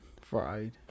fried